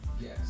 Yes